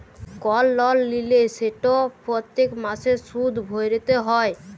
call লল লিলে সেট প্যত্তেক মাসে সুদ ভ্যইরতে হ্যয়